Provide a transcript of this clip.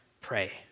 pray